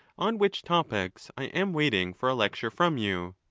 on which topics i am waiting for a lecture from you,